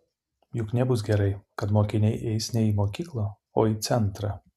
juk nebus gerai kad mokiniai eis ne į mokyklą o į centrą